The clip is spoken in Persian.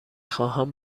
خواهم